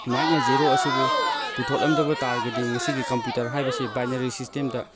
ꯃꯍꯥꯛꯅ ꯖꯦꯔꯣ ꯑꯁꯤꯕꯨ ꯄꯨꯊꯣꯛꯂꯝꯗꯕ ꯇꯥꯔꯒꯗꯤ ꯉꯁꯤꯒꯤ ꯀꯝꯄ꯭ꯌꯨꯇꯔ ꯍꯥꯏꯕꯁꯦ ꯕꯥꯏꯅꯔꯤ ꯁꯤꯁꯇꯦꯝꯗ